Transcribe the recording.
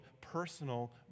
personal